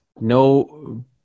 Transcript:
no